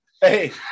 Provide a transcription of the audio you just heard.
Hey